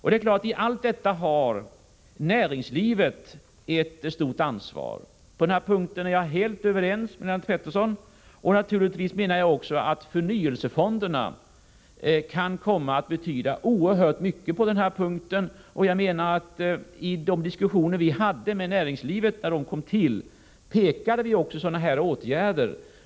I fråga om allt detta har självfallet näringslivet ett stort ansvar. På den punkten är vi helt överens, Lennart Pettersson. Naturligtvis menar jag att förnyelsefonderna kan komma att betyda oerhört mycket i detta sammanhang. I de diskussioner som vi hade med näringslivet, i samband med tillkomsten av förnyelsefonderna, pekade vi också på sådana här åtgärder.